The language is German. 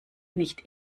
nicht